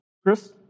Chris